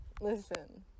listen